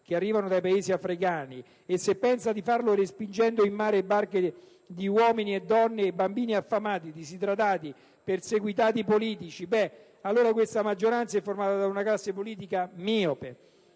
che arrivano dai Paesi africani e se pensa di farlo respingendo in mare barche di uomini e donne e bambini affamati, disidratati, perseguitati politici, allora essa è formata da una classe politica miope.